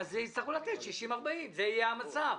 אז יצטרכו לתת 60% 40%, זה יהיה המצב.